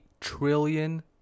trillion